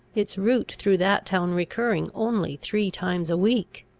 its route through that town recurring only three times a week.